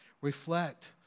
Reflect